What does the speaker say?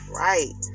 right